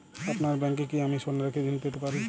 আপনার ব্যাংকে কি আমি সোনা রেখে ঋণ পেতে পারি?